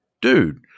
dude